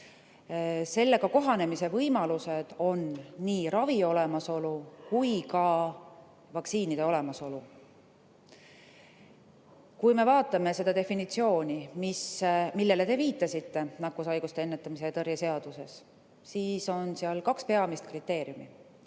Sellega kohanemise võimalused on nii ravi olemasolu kui ka vaktsiinide olemasolu. Kui me vaatame seda definitsiooni, millele te viitasite, nakkushaiguste ennetamise ja tõrje seaduses, siis on seal kaks peamist kriteeriumi.